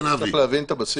צריך להבין את הבסיס.